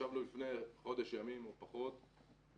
ישבנו לפני חודש ימים או פחות ואמרתי